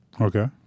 Okay